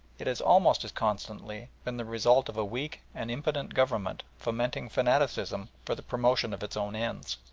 it has almost as constantly been the result of a weak and impotent government fomenting fanaticism for the promotion of its own ends.